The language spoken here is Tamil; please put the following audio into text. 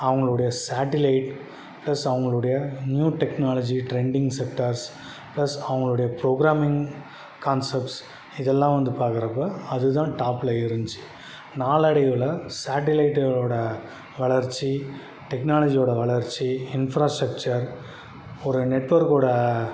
அவங்களுடைய சேட்டிலைட் ப்ளஸ் அவங்களுடைய new technology trending sectors plus அவங்களுடைய ப்ரோகிராமிங் கான்செப்ட்ஸ் இதெல்லாம் வந்து பார்க்குறப்ப அது தான் டாப்பில் இருந்துச்சு நாளடைவில் சேட்டிலைட்டோடய வளர்ச்சி டெக்னாலஜியோடய வளர்ச்சி இன்ப்ஃராஸ்ட்ரெக்ச்சர் ஒரு நெட்வொர்க்வோடய